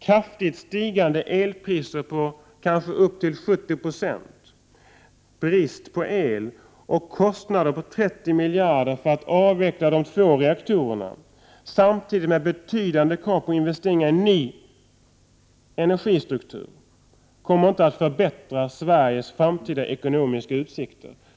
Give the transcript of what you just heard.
Kraftigt stigande elpriser på upp till 70 90, brist på el och kostnader på 30 miljarder för att avveckla 2 reaktorer, samtidigt med betydande krav på investeringar i ny energistruktur, kommer inte att förbättra Sveriges framtida ekonomiska utsikter.